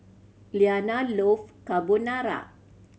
Iyanna love Carbonara